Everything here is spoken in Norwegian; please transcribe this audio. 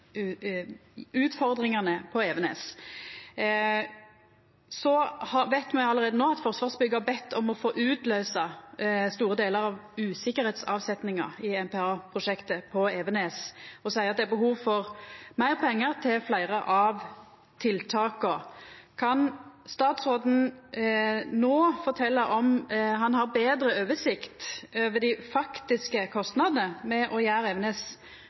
på Evenes. Så veit me alt no at Forsvarsbygg har bedt om å få utløysa store delar av usikkerheitsavsetninga i MPA-prosjektet på Evenes, og seier at det er behov for meir pengar til fleire av tiltaka. Kan statsråden no fortelja om han har betre oversikt over dei faktiske kostnadene med å